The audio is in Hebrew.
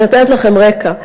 אני נותנת לכם רקע.